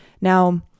Now